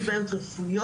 יש בעיות רפואיות,